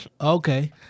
Okay